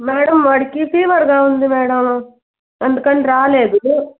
madam వాడికి ఫీవర్గా ఉంది మేడం అందుకని రాలేదు